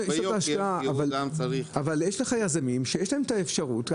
אבל יש לך יזמים שיש להם את האפשרות.